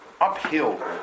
uphill